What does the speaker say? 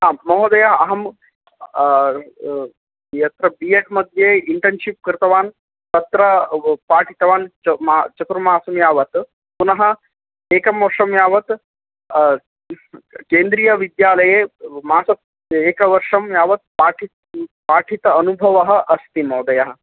आम् महोदय अहं यत्र बि एड् मध्ये इन्टेर्न्शिप् कृतवान् तत्र पाठितवान् चतुर्मासं यावत् पुनः एकं वर्षं यावत् केन्द्रीयविद्यालये मास एकवर्षं यावत् पाठित पाठित अनुभवः अस्ति महोदयः